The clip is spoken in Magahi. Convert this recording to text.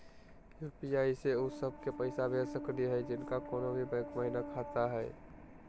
यू.पी.आई स उ सब क पैसा भेज सकली हई जिनका कोनो भी बैंको महिना खाता हई?